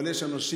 אבל יש אנשים